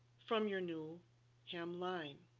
from your new hem line.